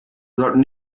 sollten